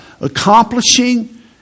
accomplishing